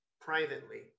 privately